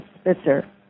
Spitzer